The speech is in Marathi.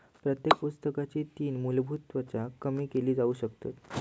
प्रत्येक पुस्तकाची तीन मुलभुत तत्त्वा कमी केली जाउ शकतत